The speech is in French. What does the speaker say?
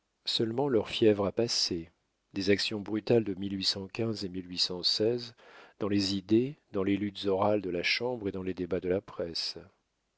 seulement leur fièvre a passé des actions brutales de et dans les idées dans les luttes orales de la chambre et dans les débats de la presse